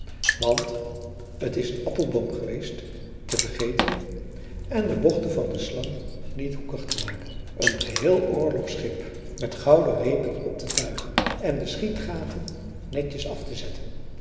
want het is een appelboom geweest te vergeten en de bochten van de slang niet hoekig te maken een geheel oorlogschip met gouden reepen op te tuigen en de schietgaten netjes af te zetten